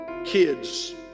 kids